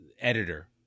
editor